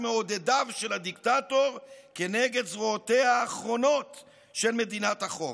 מעודדיו של הדיקטטור כנגד זרועותיה האחרונות של מדינת החוק.